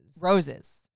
Roses